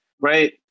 right